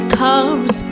comes